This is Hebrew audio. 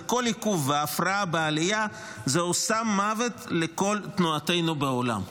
וכל עיכוב והפרעה בעליה זהו סם-מוות לכל תנועתנו בעולם".